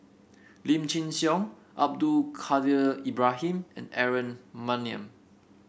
Lim Chin Siong Abdul Kadir Ibrahim and Aaron Maniam